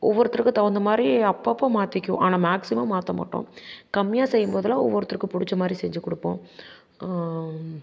ஒவ்வொருத்தருக்கும் தகுந்தமாதிரி அப்போப்ப மாற்றிக்குவோம் ஆனால் மேக்ஸிமம் மாற்ற மாட்டோம் கம்மியாக செய்யும் போதுலாம் ஒவ்வொருத்தருக்கு பிடிச்ச மாதிரி செஞ்சு கொடுப்போம்